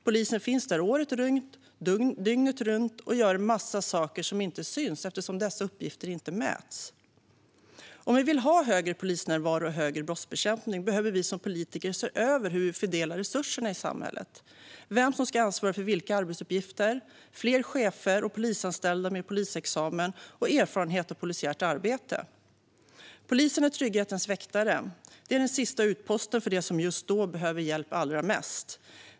Polisen finns där året runt, dygnet runt och gör en massa saker som inte syns eftersom dessa uppgifter inte mäts. Om vi vill ha högre polisnärvaro och bättre brottsbekämpning behöver vi som politiker se över hur vi fördelar resurserna i samhället och vem som ska ansvara för vilka arbetsuppgifter, och vi behöver fler chefer och polisanställda med polisexamen och erfarenhet av polisiärt arbete. Polisen är trygghetens väktare. De är den sista utposten för dem som just då behöver hjälp allra mest.